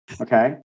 Okay